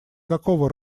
какого